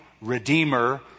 Redeemer